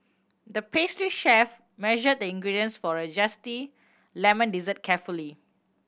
the pastry chef measured the ingredients for a zesty lemon dessert carefully